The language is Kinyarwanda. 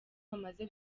bamaze